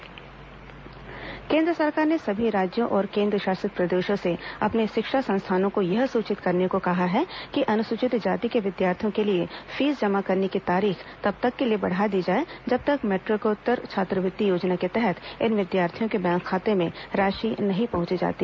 केंद्र विद्यार्थी फीस केंद्र सरकार ने सभी राज्यों और केंद्रशासित प्रदेशों से अपने शिक्षा संस्थानों को यह सूचित करने को कहा है कि अनुसूचित जाति के विद्यार्थियों के लिए फीस जमा करने की तारीख तब तक के लिए बढ़ा दी जाए जब तक मैट्रिकोत्तर छात्रवृत्ति योजना के तहत इन विद्यार्थियों के बैंक खातों में राशि नहीं पहुंच जाती